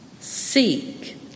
Seek